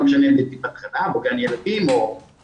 לא משנה אם זה טיפת חלב או גן ילדים או בית